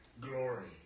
glory